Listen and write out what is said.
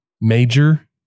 Major